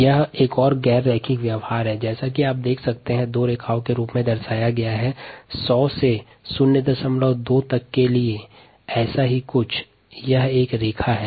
यहाँ दो रेखाएं प्रदर्शित है ये 100 से 02 तक सीमान्तर्गत रेखाएँ है